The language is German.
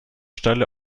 stelle